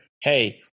hey